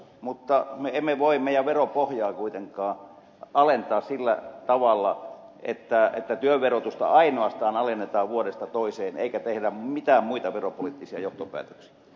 mutta me emme voi veropohjaa kuitenkaan alentaa sillä tavalla että työn verotusta ainoastaan alennetaan vuodesta toiseen eikä tehdä mitään muita veropoliittisia johtopäätöksiä